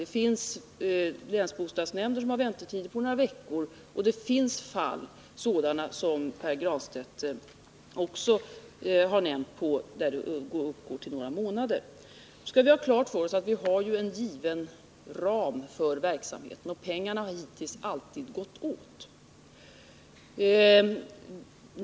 Det finns länsbostadsnämnder som har några veckors väntetid och det finns också, som Pär Granstedt nämnde, fall då väntetiden uppgår till några månader. Nu skall vi ha klart för oss att vi har en given ram för verksamheten, och pengarna har hittills alltid gått åt.